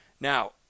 Now